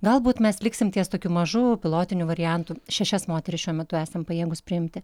galbūt mes liksim ties tokiu mažu pilotiniu variantu šešias moteris šiuo metu esam pajėgūs priimti